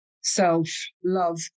self-love